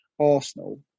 Arsenal